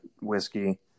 whiskey